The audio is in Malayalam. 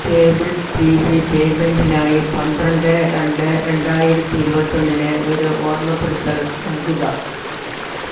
കേബിൾ റ്റീ വീ പേമെൻറ്റിനായി പന്ത്രണ്ട് രണ്ട് രണ്ടായിരത്തി ഇരുപത്തിയൊന്നിന് ഒരു ഓർമ്മപ്പെടുത്തൽ നൽകുക